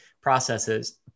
processes